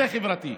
זה חברתי.